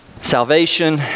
salvation